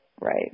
right